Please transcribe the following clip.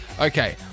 Okay